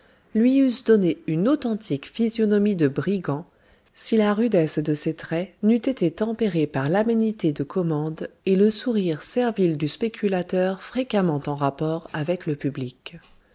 lui eussent donné une authentique physionomie de brigand si la rudesse de ses traits n'eût été tempérée par l'aménité de commande et le sourire servile du spéculateur fréquemment en rapport avec le public